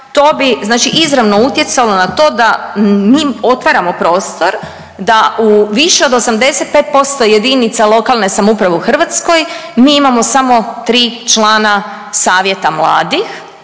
znači izravno utjecalo na to da mi otvaramo prostor da u više od 85% jedinica lokalne samouprave u Hrvatskoj mi imamo samo 3 člana Savjeta mladih.